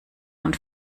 und